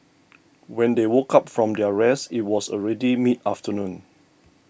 when they woke up from their rest it was already mid afternoon